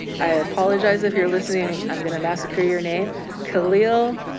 i apologize if you're listening. i'm gonna massacre your name khaleel,